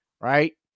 right